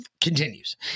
continues